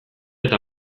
eta